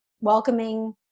welcoming